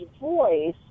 voice